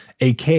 AK